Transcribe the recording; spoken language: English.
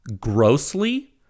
grossly